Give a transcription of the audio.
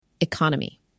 economy